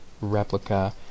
replica